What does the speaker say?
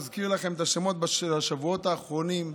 נזכיר לכם את השמות בשבועות האחרונים: